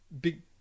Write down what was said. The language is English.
big